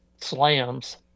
slams